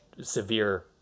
severe